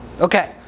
Okay